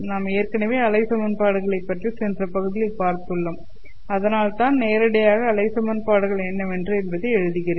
நாம் ஏற்கனவே அலை சமன்பாடுகளை பற்றி சென்ற பகுதியில் பார்த்துள்ளோம் அதனால் நான் நேரிடையாக அலை சமன்பாடுகள் என்னவென்று என்பதை எழுதுகிறேன்